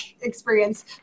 experience